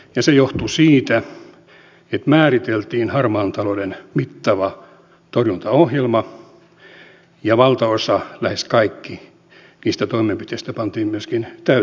ja se johtui siitä että määriteltiin harmaan talouden mittava torjuntaohjelma ja valtaosa lähes kaikki niistä toimenpiteistä pantiin myöskin täytäntöön